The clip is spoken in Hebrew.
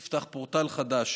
נפתח פורטל חדש